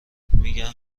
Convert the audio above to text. میگن